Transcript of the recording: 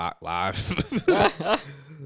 live